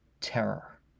terror